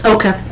Okay